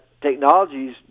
technologies